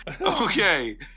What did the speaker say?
Okay